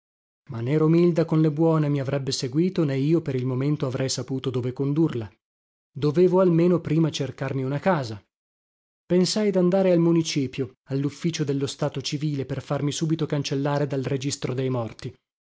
ma né romilda con le buone mi avrebbe seguito né io per il momento avrei saputo dove condurla dovevo almeno prima cercarmi una casa pensai dandare al municipio allufficio dello stato civile per farmi subito cancellare dal registro dei morti